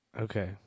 Okay